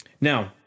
Now